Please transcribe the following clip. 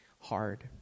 hard